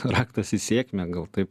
raktas į sėkmę gal taip